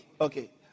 okay